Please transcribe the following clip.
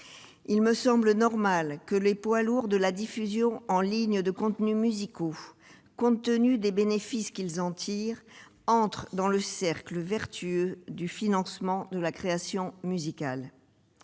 Il me semble normal que les poids lourds de la diffusion en ligne de contenus musicaux, compte tenu des bénéfices qu'ils en tirent, entrent dans le cercle vertueux du financement de la création musicale